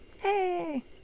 Hey